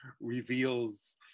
reveals